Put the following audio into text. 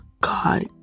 God